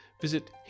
visit